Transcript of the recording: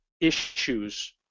issues